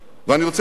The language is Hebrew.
ואני רוצה להגיד,